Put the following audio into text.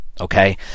Okay